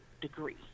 degree